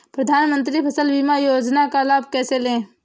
प्रधानमंत्री फसल बीमा योजना का लाभ कैसे लें?